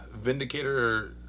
Vindicator